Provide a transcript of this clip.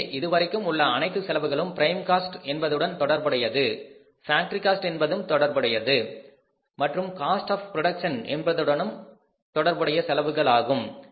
எனவே இதுவரைக்கும் உள்ள அனைத்து செலவுகளும் பிரைம் காஸ்ட் என்பதுடன் தொடர்புடையது ஃபேக்டரி காஸ்ட் என்பதுடன் தொடர்புடையது மற்றும் காஸ்ட் ஆஃ புரோடக்சன் என்பதுடன் தொடர்புடைய செலவுகள் ஆகும்